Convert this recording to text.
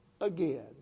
again